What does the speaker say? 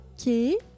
Okay